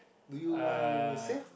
do you save